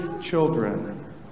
children